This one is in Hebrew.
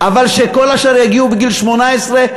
אבל שיגיעו בגיל 18,